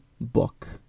book